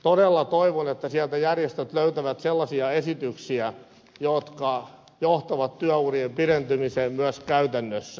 todella toivon että sieltä järjestöt löytävät sellaisia esityksiä jotka johtava työurien pidentymiseen myös käytännössä